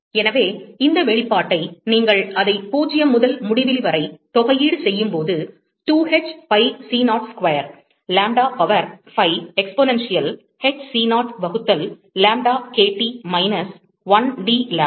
எனவே இந்த வெளிப்பாட்டை நீங்கள் அதை 0 முதல் முடிவிலி வரை தொகையீடு செய்யும்போது 2 h pi c0 ஸ்கொயர் லாம்டா பவர் 5 எக்ஸ்போஎன்சியல் h c0 வகுத்தல் லாம்டா kT மைனஸ் 1 d லாம்டா